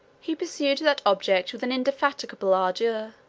he pursued that object with an indefatigable ardor,